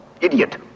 Idiot